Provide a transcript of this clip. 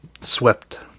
swept